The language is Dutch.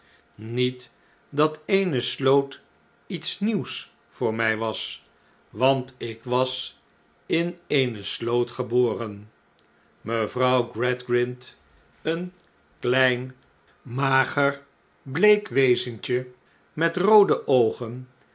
niet dat eene sloot iets nieuws voor mij was want ik was in eene sloot geboren mevrouw gradgrind een klein mager bleek wezentje met roode oogen